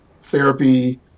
therapy